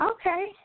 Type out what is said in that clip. Okay